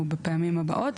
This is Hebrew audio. או בפעמים הבאות,